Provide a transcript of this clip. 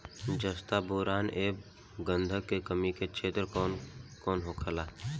जस्ता बोरान ऐब गंधक के कमी के क्षेत्र कौन कौनहोला?